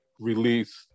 release